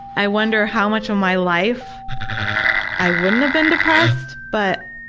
i wonder how much of my life i wouldn't have been depressed, but.